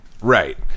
Right